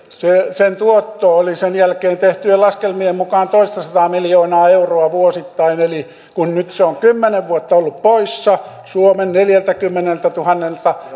sen tuotto oli sen jälkeen tehtyjen laskelmien mukaan toistasataa miljoonaa euroa vuosittain eli kun nyt se on kymmenen vuotta ollut poissa suomen neljältäkymmeneltätuhannelta